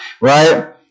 right